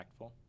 impactful